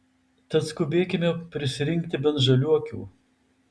tad skubėkime prisirinkti bent žaliuokių